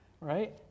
right